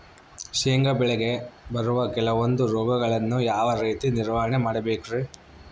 ಶೇಂಗಾ ಬೆಳೆಗೆ ಬರುವ ಕೆಲವೊಂದು ರೋಗಗಳನ್ನು ಯಾವ ರೇತಿ ನಿರ್ವಹಣೆ ಮಾಡಬೇಕ್ರಿ?